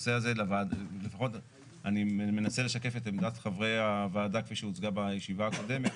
לפחות אני מנסה לשקף את עמדת חברי הוועדה כפי שהוצגה בישיבה הקודמת.